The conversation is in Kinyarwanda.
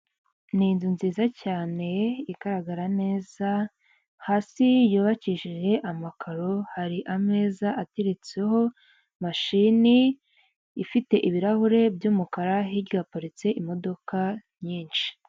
Ni inzu nziza cyane igaragara neza hasi yubakishije amakaro, hari ameza ateretseho mashini ifite ibirahure by'umukara, hirya haparitse imodoka nyinshi.